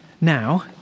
now